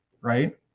right